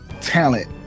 talent